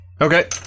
Okay